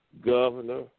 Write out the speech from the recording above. Governor